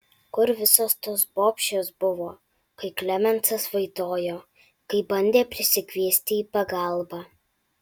kur visos tos bobšės buvo kai klemensas vaitojo kai bandė prisikviesti į pagalbą